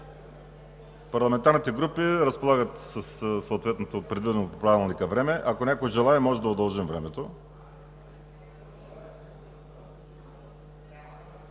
Парламентарните групи разполагат със съответното предвидено в Правилника време. Ако някой желае, може да удължим времето.